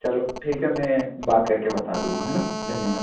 चलो ठीक है मैं बात कर के बता दूँगा है ना धन्यवाद